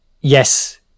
Yes